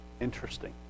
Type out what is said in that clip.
interesting